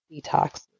detox